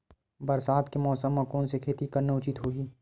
बरसात के मौसम म कोन से खेती करना उचित होही?